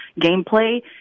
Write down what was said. gameplay